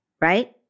Right